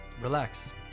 Relax